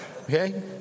Okay